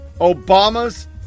Obama's